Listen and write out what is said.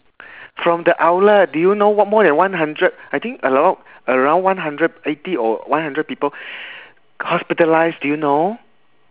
from the outlet do you know mor~ more than one hundred I think around around one hundred eighty or one hundred people hospitalised do you know